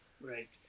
right